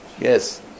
Yes